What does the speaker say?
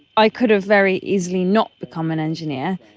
i could have very easily not become an engineer,